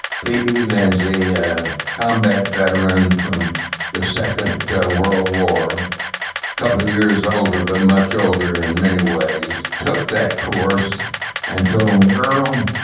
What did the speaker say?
p. b. lindsay, a combat veteran from the second world war, a couple years ah older but much older in many ways, took that course and told me, earle, um